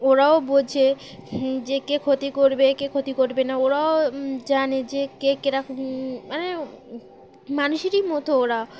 ওরাও বোঝে যে কে ক্ষতি করবে কে ক্ষতি করবে না ওরাও জানে যে কে কিরকম মানে মানুষেরই মতো ওরা